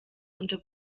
unter